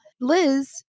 Liz